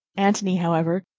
antony, however,